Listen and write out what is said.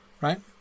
right